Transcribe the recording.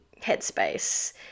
headspace